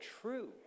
true